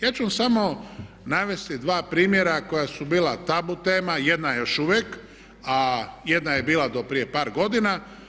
Ja ću vam samo navesti dva primjera koja su bila tabu tema, jedna je još uvijek, a jedna je bila do prije par godina.